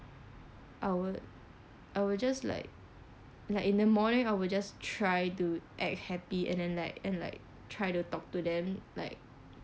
I would I would just like like in the morning I would just try to act happy and then like and like try to talk to them like